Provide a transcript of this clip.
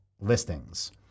listings